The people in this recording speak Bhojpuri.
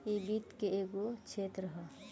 इ वित्त के एगो क्षेत्र ह